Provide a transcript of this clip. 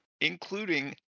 Including